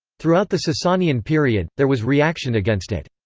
throughout the sasanian period, there was reaction against it.